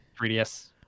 3DS